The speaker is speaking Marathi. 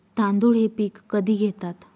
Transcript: तांदूळ हे पीक कधी घेतात?